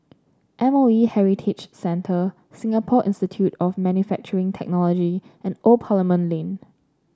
M O E Heritage Centre Singapore Institute of Manufacturing Technology and Old Parliament Lane